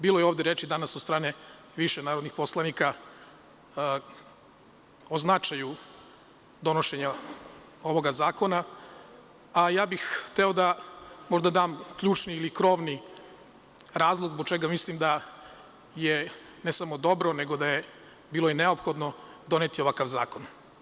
Bilo je ovde reči danas od strane više narodnih poslanika o značaju donošenja ovog zakona, a ja bih hteo da možda dam ključni ili krovni razlog zbog čega mislim da je ne samo dobro, nego je bilo i neophodno doneti ovakav zakon.